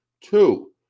two